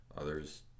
others